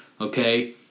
okay